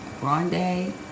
Grande